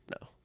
No